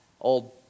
old